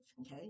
okay